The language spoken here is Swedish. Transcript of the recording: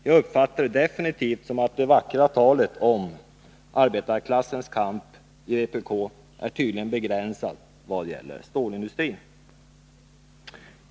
Jag uppfattar det definitivt som att vpk:s vackra tal om arbetarklassens kamp tydligen är begränsat när det gäller stålindustrin.